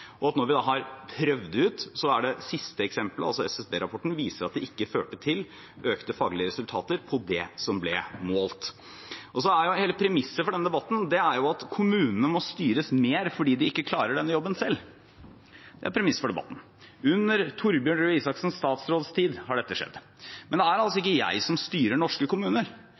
Og når vi har prøvd det ut, viser det siste eksemplet – altså SSB-rapporten – at det ikke førte til økte faglige resultater på det som ble målt. Hele premisset for denne debatten er at kommunene må styres mer fordi de ikke klarer denne jobben selv. Det er premisset for debatten – under Torbjørn Røe Isaksens statsrådstid har dette skjedd. Men det er ikke jeg som styrer norske kommuner.